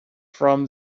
from